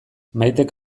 maitek